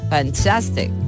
Fantastic